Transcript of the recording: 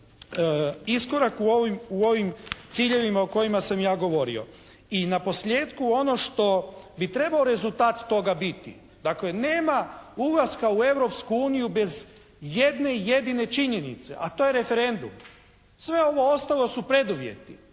jedan iskorak u ovim ciljevima o kojima sam ja govorio. I na posljetku ono što bi trebao rezultat toga biti, dakle nema ulaska u Europsku uniju bez jedne, jedine činjenice, a to je referendum. Sve ovo ostalo su preduvjeti.